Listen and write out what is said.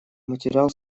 материал